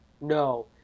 no